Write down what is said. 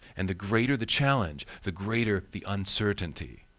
and the greater the challenge, the greater the uncertainty.